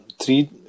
three